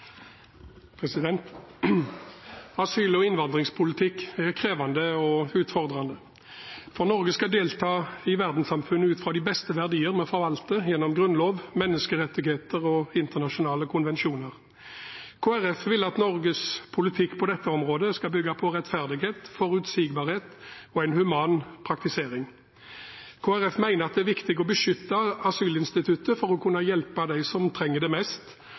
på. Asyl- og innvandringspolitikk er krevende og utfordrende. Norge skal delta i verdenssamfunnet ut fra de beste verdier vi forvalter gjennom grunnlov, menneskerettigheter og internasjonale konvensjoner. Kristelig Folkeparti vil at Norges politikk på dette området skal bygge på rettferdighet, forutsigbarhet og en human praktisering. Kristelig Folkeparti mener at det er viktig å beskytte asylinstituttet for å kunne hjelpe dem som trenger det mest.